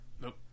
Nope